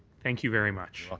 thank you very much.